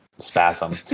spasm